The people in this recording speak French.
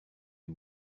est